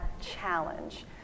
challenge